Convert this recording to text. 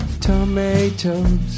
tomatoes